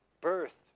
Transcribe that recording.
birth